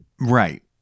Right